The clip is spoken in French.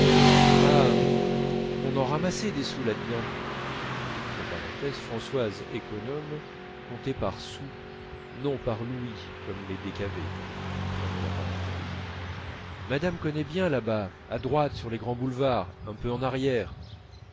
on en ramassait des sous là-dedans françoise économe comptait par sous non par louis comme les décavés madame connaît bien là-bas à droite sur les grands boulevards un peu en errière